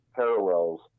parallels